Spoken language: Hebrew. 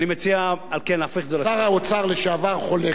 על כן אני מציע להפוך את זה, שר האוצר לשעבר חולק.